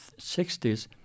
60s